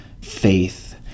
faith